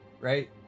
right